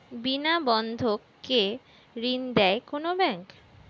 বিনা বন্ধক কে ঋণ দেয় কোন ব্যাংক?